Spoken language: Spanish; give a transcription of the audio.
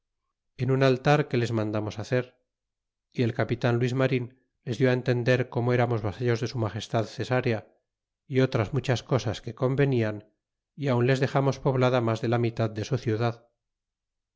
en un altar que les mandamos hacer y el capitan luis marin les die entender como eramos vasallos de su magestad cesarea é otras muchas cosas que convenian y aun les dexamos poblada mas de la mitad de su ciudad